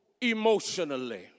emotionally